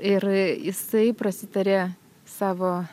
ir jisai prasitarė savo